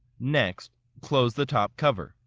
next, close the top cover.